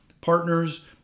partners